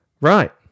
right